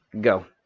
Go